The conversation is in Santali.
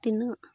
ᱛᱤᱱᱟᱹᱜ